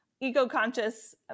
eco-conscious